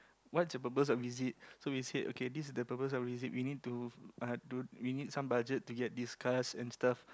what's your purpose of visit so we said okay this is the purpose of visit we need to uh don~ we need some budget to get this cast and stuff